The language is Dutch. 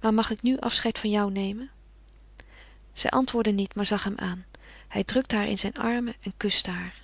maar mag ik nu dat we alleen zijn afscheid van jou nemen zij antwoordde niet maar zag hem aan hij drukte haar in zijne armen en kuste haar